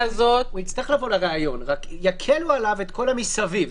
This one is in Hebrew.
אבל יקלו עליו את כל המסביב.